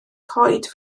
coed